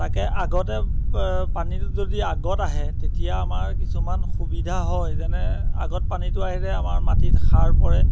তাকে আগতে পানীটো যদি আগত আহে তেতিয়া আমাৰ কিছুমান সুবিধা হয় যেনে আগত পানীটো আহিলে আমাৰ মাটিত সাৰ পৰে